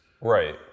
Right